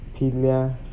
Pilia